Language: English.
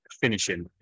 finishing